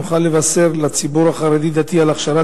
נוכל לבשר לציבור החרדי-דתי על הכשרת